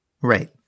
Right